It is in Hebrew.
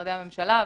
משרדי הממשלה,